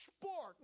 sport